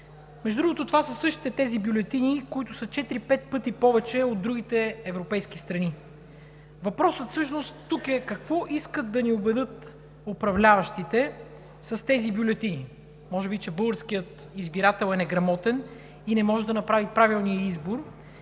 Между другото, това са същите тези бюлетини, които са 4 – 5 пъти повече от другите европейски страни. Въпросът тук е в какво искат да ни убедят управляващите с тези бюлетини? Може би, че българският избирател е неграмотен, не може да осъществи правилния избор